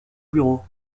bureau